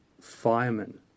firemen